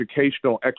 educational